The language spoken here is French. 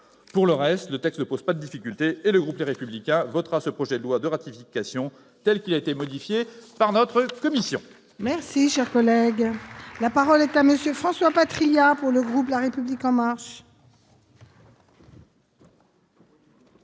Pour le reste, le texte ne pose pas de difficultés. Le groupe Les Républicains votera ce projet de loi de ratification, tel qu'il a été modifié par notre commission. La parole est à M. François Patriat, pour le groupe La République En Marche.